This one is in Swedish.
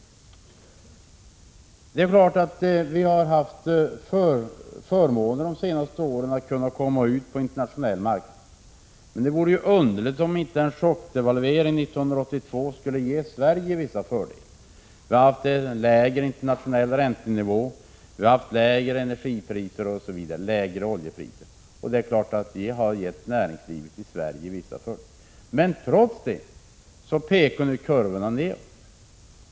Det är klart att vi under de senaste åren har haft förmåner när det gäller att komma ut på den internationella marknaden. Men det vore väl underligt om inte chockdevalveringen 1982 skulle ge Sverige vissa fördelar. Vi har haft en lägre internationell räntenivå, vi har haft lägre energipriser, bl.a. lägre oljepriser, osv. Det är klart att detta har gett näringslivet i Sverige vissa fördelar. Men trots detta pekar kurvorna nu nedåt.